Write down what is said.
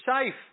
safe